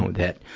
that,